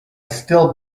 still